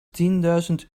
tienduizend